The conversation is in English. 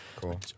Cool